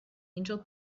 angel